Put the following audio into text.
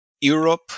Europe